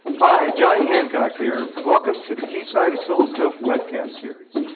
hi johnnie hancock here. welcome to the keysight oscilloscope webcast series.